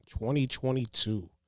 2022